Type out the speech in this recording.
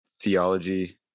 theology